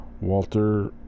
Walter